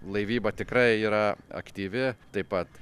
laivyba tikrai yra aktyvi taip pat